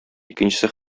икенчесе